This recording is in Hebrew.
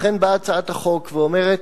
לכן באה הצעת החוק ואומרת: